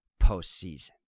postseason